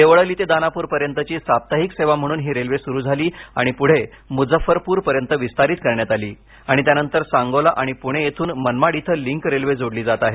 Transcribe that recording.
देवळाली ते दानापूर पर्यंतची साप्ताहिक सेवा म्हणून ही रेल्वे सुरू झाली आणि पुढे मुजफ्फरपूर पर्यंत विस्तारित करण्यात आली आणि त्यानंतर सांगोला आणि पुणे येथून मनमाड इथं लिंक रेल्वे जोडली जात आहे